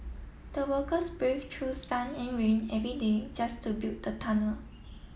the workers brave to sun and rain every day just to build the tunnel